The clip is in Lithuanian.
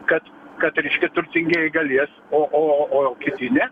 kad kad reiškia turtingieji galės o o o kiti ne